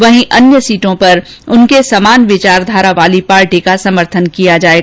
वहीं अन्य सीटों पर उनके समान विचारधारा वाली पार्टी का समर्थन करेंगे